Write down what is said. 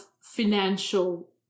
financial